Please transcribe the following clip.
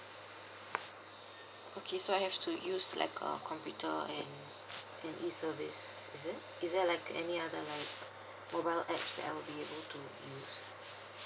okay so I have to use like uh computer and and E service is it is there like any other like mobile apps that I will be able to use